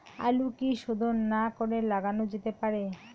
আলু কি শোধন না করে লাগানো যেতে পারে?